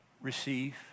Receive